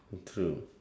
true